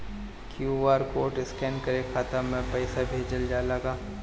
QR code scan करके खाता में पैसा भेजल जाला का?